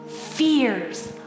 Fears